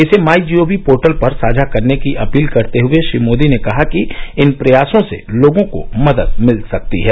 इसे My Gov portal पर साझा करने की अपील करते हुए श्री मोदी ने कहा कि इन प्रयासों से लोगों को मदद मिल सकती है